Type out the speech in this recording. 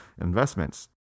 investments